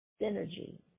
synergy